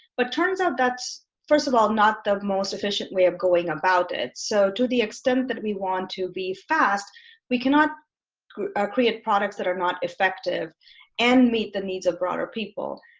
but turns out that's first of all not the most efficient way of going about it, so to the extent that we want to be fast we cannot create products that are not effective effective and meet the needs of broader people.